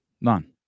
None